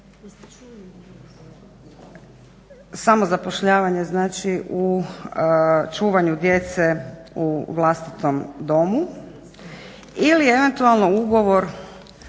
samozapošljavanje znači u čuvanju djece u vlastitom domu ili eventualno ugovor